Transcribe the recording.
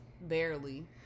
barely